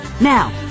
Now